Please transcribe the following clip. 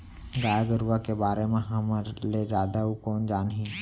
गाय गरूवा के बारे म हमर ले जादा अउ कोन जानही